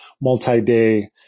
multi-day